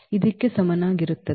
ಇದಕ್ಕೆ ಸಮನಾಗಿರುತ್ತದೆ